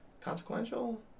Consequential